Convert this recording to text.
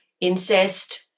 incest